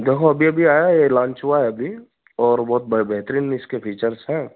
देखो अभी अभी आया है लॉन्च हुआ है अभी और बहुत बा बेहतरीन इसके फीचर्स हैं